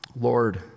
Lord